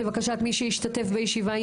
לבקשת מי שהשתתף בישיבה,